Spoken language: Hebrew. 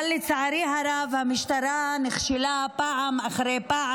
אבל, לצערי הרב, המשטרה נכשלה פעם אחרי פעם.